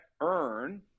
earn